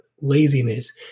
laziness